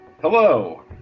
Hello